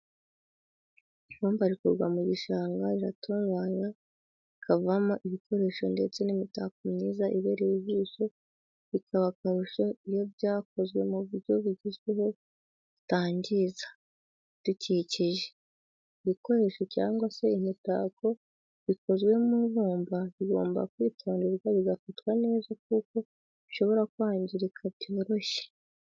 Ibumba rikurwa mu gishanga riratunganywa rikavamo ibikoresho ndetse n'imitako myiza ibereye ijisho bikaba akarusho iyo byakozwe mu buryo bugezweho butangiza ibidukikije. ibikoresho cyangwa se imitako bikozwe mu ibumba bigomba kwitonderwa bigafatwa neza kuko bishobora kwangirika byoroshye.